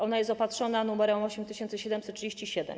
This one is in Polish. Ona jest opatrzona numerem 8737.